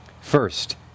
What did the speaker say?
First